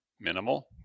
minimal